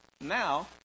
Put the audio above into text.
now